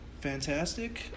fantastic